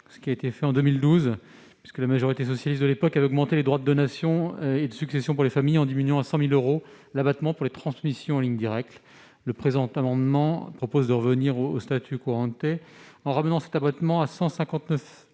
une disposition prise en 2012, puisque la majorité socialiste a augmenté les droits de donation et de succession pour les familles, en diminuant à 100 000 euros l'abattement pour les transmissions en ligne directe. Le présent amendement propose de revenir au, en ramenant cet abattement à 159 325 euros.